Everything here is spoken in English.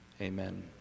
Amen